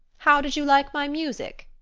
how did you like my music?